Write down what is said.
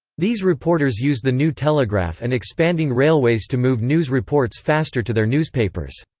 these reporters used the new telegraph and expanding railways to move news reports faster to their newspapers.